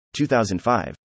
2005